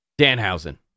Danhausen